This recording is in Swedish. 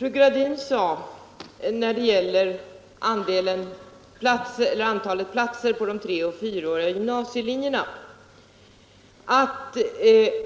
Herr talman! Fru Gradin sade när det gäller antalet platser på de treoch fyraåriga gymnasielinjerna att